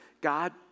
God